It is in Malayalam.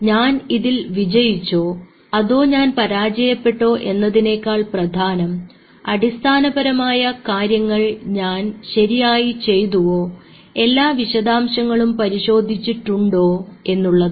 ഞാൻ ഇതിൽ വിജയിച്ചോ അതോ ഞാൻ പരാജയപ്പെട്ടോ എന്നതിനേക്കാൾ പ്രധാനം അടിസ്ഥാനപരമായ കാര്യങ്ങൾ ഞാൻ ശരിയായി ചെയ്തുവോ എല്ലാ വിശദാംശങ്ങളും പരിശോധിച്ചിട്ടുണ്ടോ എന്നുള്ളതാണ്